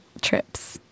trips